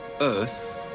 Earth